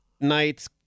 nights